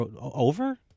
Over